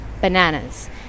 bananas